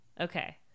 okay